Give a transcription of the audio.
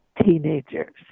teenagers